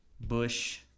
bush